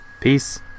Peace